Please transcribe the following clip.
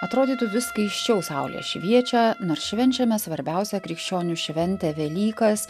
atrodytų vis skaisčiau saulė šviečia nors švenčiame svarbiausią krikščionių šventę velykas